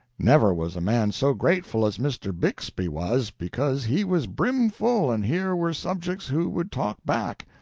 never was a man so grateful as mr. bixby was, because he was brimful, and here were subjects who would talk back.